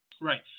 Right